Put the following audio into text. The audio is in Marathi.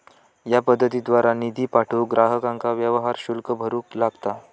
या पद्धतीद्वारा निधी पाठवूक ग्राहकांका व्यवहार शुल्क भरूक लागता